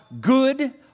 good